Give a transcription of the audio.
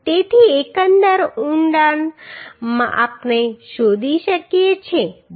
તેથી એકંદર ઊંડાણ આપણે શોધી શકીએ છીએ